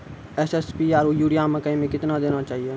SSP आरु urea मकई मे कितना देना चाहिए?